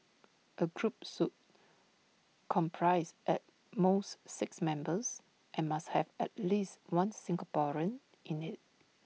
A group sue comprise at most six members and must have at least one Singaporean in IT